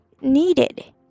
needed